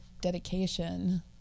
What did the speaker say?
dedication